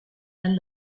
and